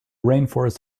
rainforests